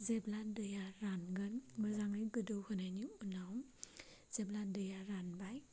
जेब्ला दैआ रानगोन मोजाङै गोदौ होनायनि उनाव जेब्ला दैआ रानबाय